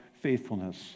faithfulness